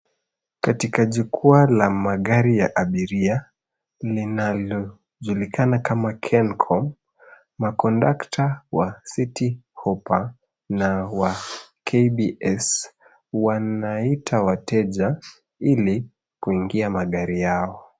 Katika jukwaa la magari ya abiria linalojulikana kama Kencom, makondakta wa Citi Hoppa na wa KBS wanaita wateja ili kuingia magari yao.